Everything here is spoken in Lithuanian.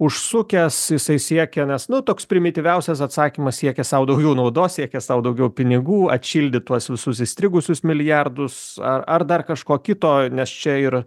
užsukęs jisai siekia nes nu toks primityviausias atsakymas siekia sau daugiau naudos siekia sau daugiau pinigų atšildyt tuos visus įstrigusius milijardus ar ar dar kažko kito nes čia yra